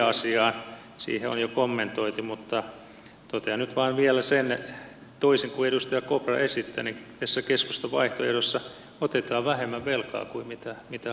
siihen on jo kommentoitu mutta totean nyt vain vielä sen että toisin kuin edustaja kopra esittää niin tässä keskustan vaihtoehdossa otetaan vähemmän velkaa kuin hallitus ottaa